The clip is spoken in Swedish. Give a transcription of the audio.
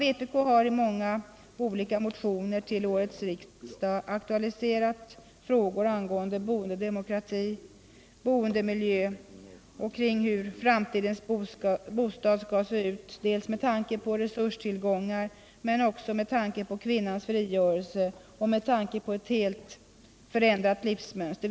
Vpk har i olika motioner till årets riksdag aktualiserat frågor om boendedemokrati, boendemiljö och hur framtidens bostad skall se ut dels med tanke på våra resurstillgångar, dels med tanke på kvinnans frigörelse och ett helt förändrat livsmönster.